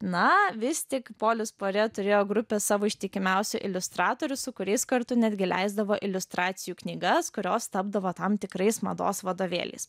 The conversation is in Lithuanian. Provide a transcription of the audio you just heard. na vis tik polis puare turėjo grupę savo ištikimiausių iliustratorių su kuriais kartu netgi leisdavo iliustracijų knygas kurios tapdavo tam tikrais mados vadovėliais